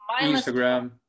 Instagram